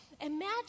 Imagine